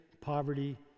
poverty